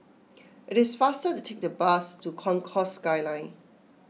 it is faster to take the bus to Concourse Skyline